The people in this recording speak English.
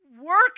work